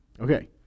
Okay